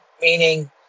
meaning